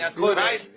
Right